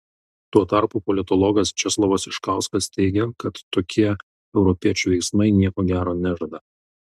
tuo tarpu politologas česlovas iškauskas teigia kad tokie europiečių veiksmai nieko gero nežada